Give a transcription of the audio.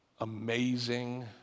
amazing